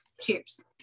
cheers